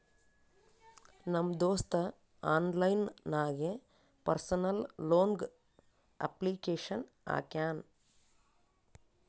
ನಮ್ ದೋಸ್ತ ಆನ್ಲೈನ್ ನಾಗೆ ಪರ್ಸನಲ್ ಲೋನ್ಗ್ ಅಪ್ಲಿಕೇಶನ್ ಹಾಕ್ಯಾನ್